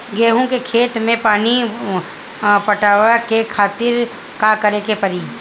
गेहूँ के खेत मे पानी पटावे के खातीर का करे के परी?